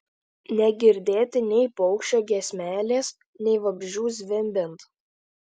negirdėti nei paukščio giesmelės nei vabzdžių zvimbiant